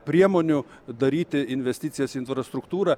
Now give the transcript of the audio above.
priemonių daryti investicijas į infrastruktūrą